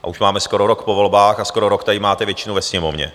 A už máme skoro rok po volbách a skoro rok tady máte většinu ve Sněmovně.